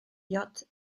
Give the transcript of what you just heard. yacht